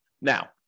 Now